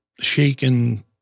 shaken